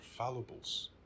fallibles